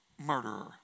murderer